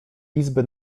izby